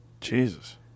Jesus